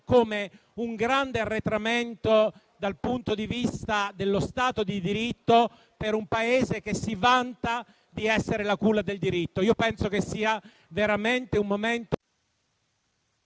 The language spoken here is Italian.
come a un grande arretramento dal punto di vista dello Stato di diritto per un Paese che si vanta di essere la culla del diritto. Io penso che sia veramente un momento